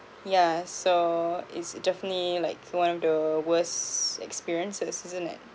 yeah so it's definitely like one of the worst experience for this isn't it